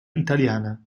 italiana